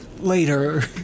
later